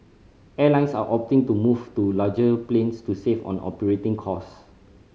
airlines are opting to move to larger planes to save on operating cost